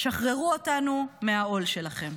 שחררו אותנו מהעול שלכם.